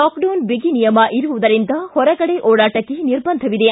lockdown ಬಿಗಿ ನಿಯಮ ಇರುವುದರಿಂದ ಹೊರಗಡೆ ಓಡಾಟಕ್ಕೆ ನಿರ್ಬಂಧವಿದೆ